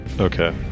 Okay